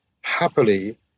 happily